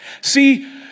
See